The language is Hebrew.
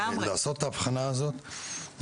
לעשות את האבחנה הזאת,